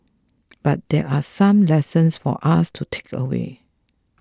but there are some lessons for us to takeaway